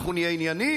אנחנו נהיה ענייניים,